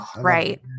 Right